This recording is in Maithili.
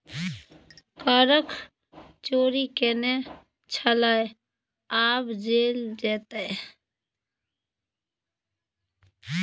करक चोरि केने छलय आब जेल जेताह